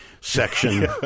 section